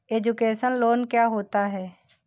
Education loan क्या होता है?